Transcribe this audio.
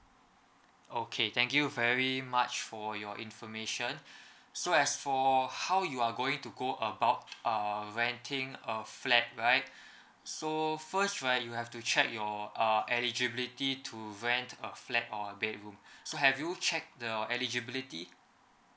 okay thank you very much for your information so as for how you are going to go about uh renting a flat right so first right you have to check your uh eligibility to rent a flat or a bedroom so have you check the eligibility